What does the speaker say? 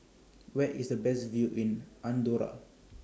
Where IS The Best View in Andorra